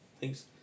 Thanks